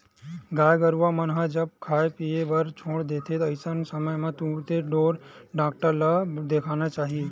गाय गरुवा मन ह जब खाय पीए बर छोड़ देथे अइसन समे म तुरते ढ़ोर डॉक्टर ल देखाना चाही